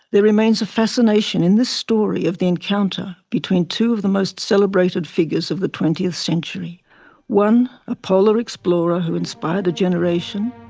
there remains a fascination in this story of the encounter between two of the most celebrated figures of the twentieth century one a polar explorer who inspired a generation,